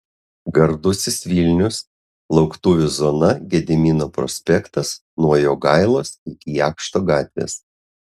gardusis vilnius lauktuvių zona gedimino prospektas nuo jogailos iki jakšto gatvės